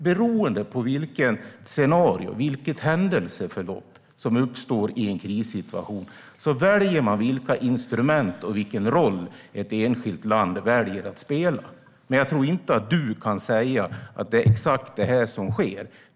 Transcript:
Beroende på vilket scenario, vilket händelseförlopp, som uppstår i en krissituation väljer man vilka instrument som ska användas och vilken roll ett enskilt land ska spela. Jag tror inte att du kan säga exakt vad som kommer att ske.